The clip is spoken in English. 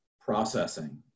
processing